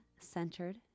Centered